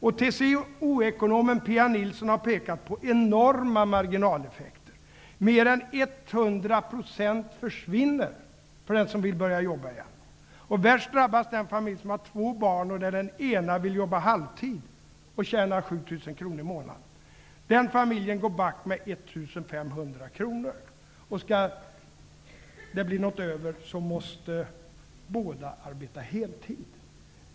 TCO-ekonomen Pia Nilsson har pekat på enorma marginaleffekter. Mer än 100 % försvinner för den som vill börja jobba igen. Värst drabbas den familj med två barn där den ena vill jobba halvtid och då tjänar 7 000 kr i månaden. Den familjen går back med 1 500 kr. Skall det bli något över måste båda arbeta heltid.